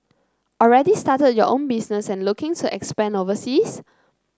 already started your own business and looking to expand overseas